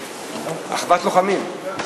יש